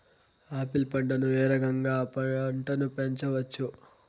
Apple పంటను ఏ రకంగా అ పంట ను పెంచవచ్చు?